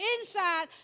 inside